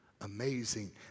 Amazing